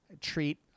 treat